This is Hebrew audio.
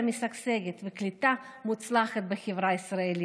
משגשגת וקליטה מוצלחת בחברה הישראלית.